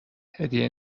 هدیه